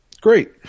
Great